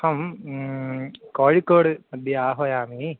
अहं कोळिकोड् मध्ये आह्वयामि